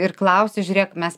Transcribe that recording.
ir klausti žiūrėk mes